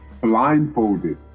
blindfolded